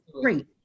great